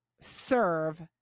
serve